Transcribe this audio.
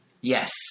Yes